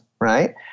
right